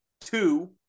Two